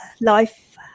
life